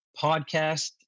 podcast